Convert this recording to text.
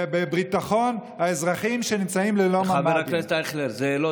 בביטחון האזרחים שנמצאים ללא ממ"דים.